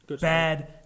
bad